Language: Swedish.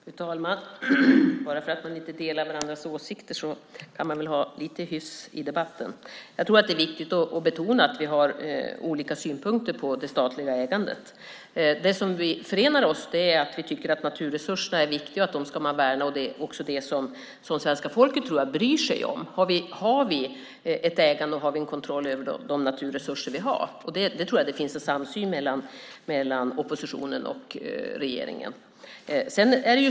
Fru talman! Bara för att man inte delar varandras åsikter kan man väl ha lite hyfs i debatten. Jag tror att det är viktigt att betona att vi har olika syn på det statliga ägandet. Det som förenar oss är att vi tycker att naturresurserna är viktiga och att man ska värna dem. Det är också det som jag tror att svenska folket bryr sig om, att vi har ett ägande och en kontroll över de naturresurser vi har. Där tror jag att det finns en samsyn mellan oppositionen och regeringen.